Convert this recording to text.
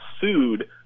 sued